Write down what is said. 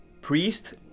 priest